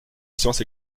science